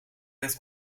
werd